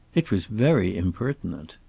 it was very impertinent.